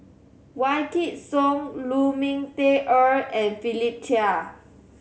Wykidd Song Lu Ming Teh Earl and Philip Chia